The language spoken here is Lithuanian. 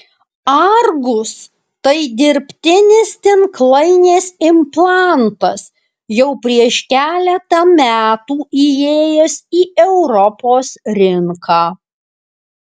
argus tai dirbtinis tinklainės implantas jau prieš keletą metų įėjęs į europos rinką